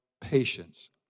patience